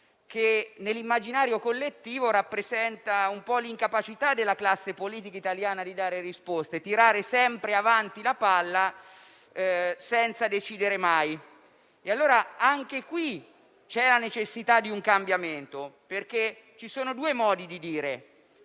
che, nell'immaginario collettivo, rappresenta un po' l'incapacità della classe politica italiana di dare risposte: tirare sempre avanti la palla senza decidere mai. Anche qui c'è la necessità di un cambiamento, perché ci sono due modi di dire: